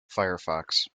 firefox